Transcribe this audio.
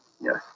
Yes